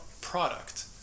product